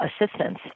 assistance